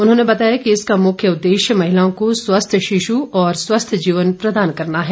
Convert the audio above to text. उन्होंने बताया कि इसका मुख्य उद्देश्य महिलाओं को स्वस्थ्य शिशु और स्वस्थ्य जीवन प्रदान करना है